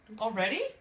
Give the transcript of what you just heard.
Already